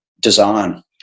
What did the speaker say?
design